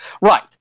Right